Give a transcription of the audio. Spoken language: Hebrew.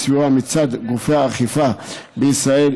בסיוע מצד גופי האכיפה בישראל,